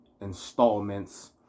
installments